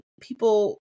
people